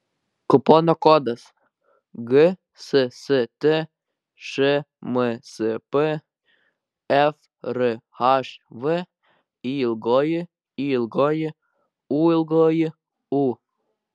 kupono kodas gsst šmsp frhv yyūu